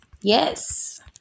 Yes